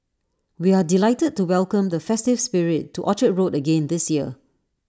we are delighted to welcome the festive spirit to Orchard road again this year